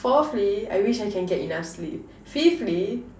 fourthly I wish I can get enough sleep fifthly